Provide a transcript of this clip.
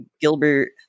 Gilbert